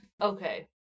Okay